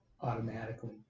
automatically